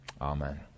Amen